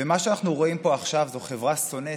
ומה שאנחנו רואים פה עכשיו זו חברה שונאת: